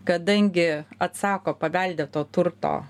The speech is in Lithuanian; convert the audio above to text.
kadangi atsako paveldėto turto